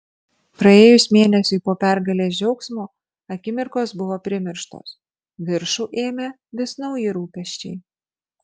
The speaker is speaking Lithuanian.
praėjus mėnesiui po pergalės džiaugsmo akimirkos buvo primirštos viršų ėmė vis nauji rūpesčiai